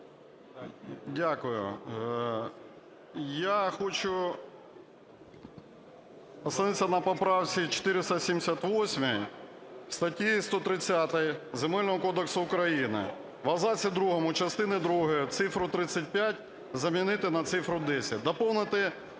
Дякую. Я хочу зупинитися на поправці 478 статті 130 Земельного кодексу України. В абзаці другому частини другої цифру "35" замінити на цифру "10". Доповнити